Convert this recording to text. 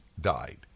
died